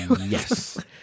yes